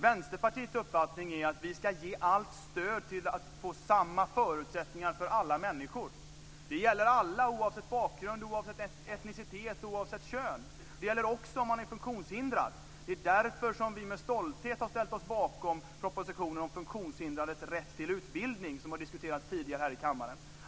Vänsterpartiets uppfattning är att vi ska ge allt stöd till att få samma förutsättningar för alla människor. Det gäller alla oavsett bakgrund, oavsett etnicitet och oavsett kön. Det gäller också om man är funktionshindrad. Det är därför vi med stolthet har ställt oss bakom propositionen om funktionshindrades rätt till utbildning, som har diskuterats tidigare här i kammaren.